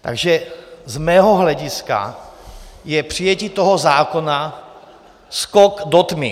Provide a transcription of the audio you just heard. Takže z mého hlediska je přijetí toho zákona skok do tmy.